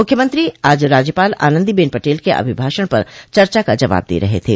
मुख्यमंत्री आज राज्यपाल आनन्दीबेन पटेल के अभिभाषण पर चर्चा का जवाब दे रहे थे